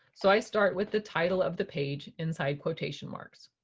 so i start with the title of the page inside quotation marks.